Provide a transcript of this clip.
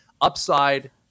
upside